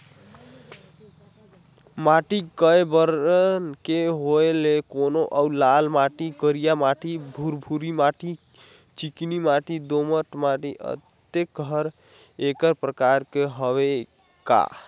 माटी कये बरन के होयल कौन अउ लाल माटी, करिया माटी, भुरभुरी माटी, चिकनी माटी, दोमट माटी, अतेक हर एकर प्रकार हवे का?